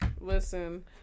Listen